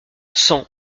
cent